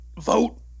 vote